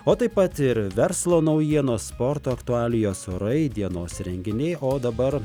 o taip pat ir verslo naujienos sporto aktualijos orai dienos renginiai o dabar